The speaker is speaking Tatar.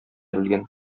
белгән